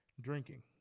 drinking